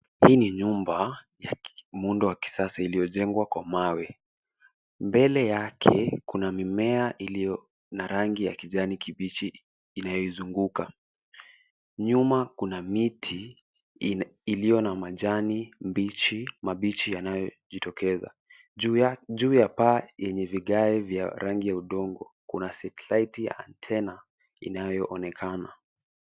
Hii ni nyumba ya muundo wa kisasa, iliyojengwa kwa mawe. Mbele yake kuna mimea iliyo na rangi kijani kibichi inayoizunguka. Nyuma kuna miti iliyo na majani mabichi yanayojitokeza. Juu ya paa lenye vigae vya udongo, kuna satellite antenna inayoonekana.